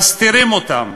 מסתירים אותם.